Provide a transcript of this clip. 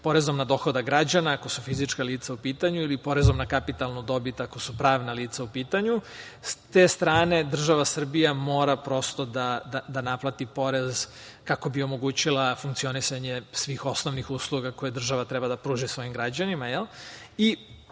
porezom na dohodak građana, ako su fizička lica u pitanju, ili porezom na kapitalnu dobit, ako su pravna lica u pitanju. S te strane država Srbija mora prosto da naplati porez, kako bi omogućila funkcionisanje svih osnovnih usluga koje država treba da pruži svojim građanima. Prosto,